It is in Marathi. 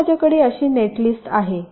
समजा माझ्याकडे अशी नेटलिस्ट आहे